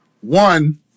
One